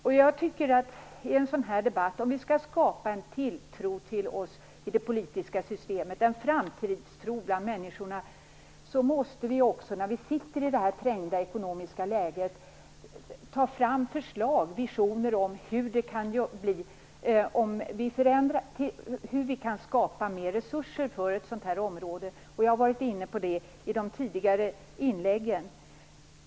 Om vi genom en sådan här debatt skall skapa en tilltro till oss i det politiska systemet och en framtidstro bland människorna, måste vi när vi sitter i detta trängda ekonomiska läge ta fram förslag och visioner om hur vi kan skapa mer resurser för ett sådant här område. Jag har varit inne på det i de tidigare inläggen.